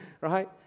right